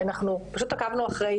הן